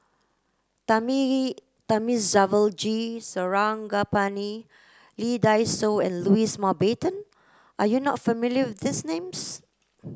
Thamizhavel G Sarangapani Lee Dai Soh and Louis Mountbatten are you not familiar with these names